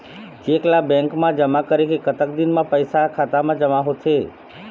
Cheque ला bank मा जमा करे के कतक दिन मा पैसा हा खाता मा जमा होथे थे?